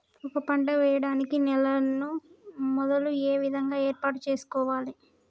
ఒక పంట వెయ్యడానికి నేలను మొదలు ఏ విధంగా ఏర్పాటు చేసుకోవాలి?